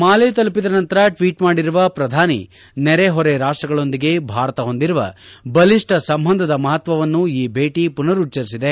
ಮಾಲೆ ತಲುಪಿದ ನಂತರ ಟ್ವೀಟ್ ಮಾಡಿರುವ ಪ್ರಧಾನಿ ನೆರೆಹೊರೆ ರಾಷ್ಟಗಳೊಂದಿಗೆ ಭಾರತ ಹೊಂದಿರುವ ಬಲಿಷ್ಠ ಸಂಬಂಧದ ಮಹತ್ವವನ್ನು ಈ ಭೇಟ ಪುನರುಚ್ಚರಿಸಿದೆ